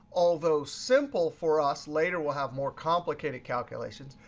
although simple for us later we'll have more complicated calculations.